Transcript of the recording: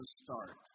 start